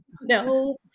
no